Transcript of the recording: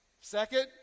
Second